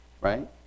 Right